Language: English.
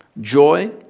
joy